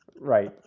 Right